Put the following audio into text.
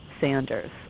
Sanders